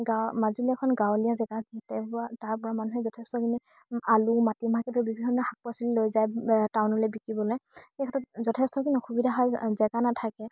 মাজুলী এখন গাঁৱলীয়া জেগা যিহেতু তাৰ পৰা মানুহে যথেষ্টখিনি আলু মাটিমাহকে ধৰি বিভিন্ন শাক পাচলি লৈ যায় টাউনলে বিকিবলে সেই ক্ষেত্ৰত যথেষ্টখিনি অসুবিধা হয় জেগা নাথাকে